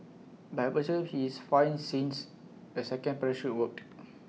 but I presume he is fine since the second parachute worked